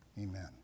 Amen